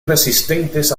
resistentes